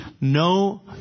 no